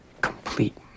complete